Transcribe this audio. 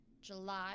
july